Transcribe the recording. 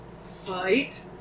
fight